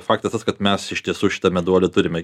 faktas tas kad mes iš tiesų šitą meduolį turime